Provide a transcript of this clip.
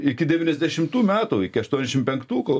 iki devyniasdešimtų metų iki aštuoniasdešimt penktų kol